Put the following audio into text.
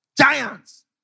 Giants